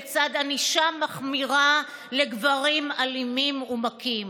לצד ענישה מחמירה לגברים אלימים ומכים.